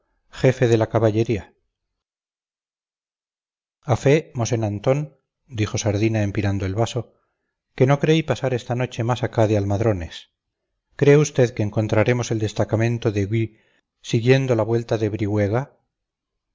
jefe de la caballería a fe mosén antón dijo sardina empinando el vaso que no creí pasar esta noche más acá de almadrones cree usted que encontraremos el destacamento de gui siguiendo la vuelta de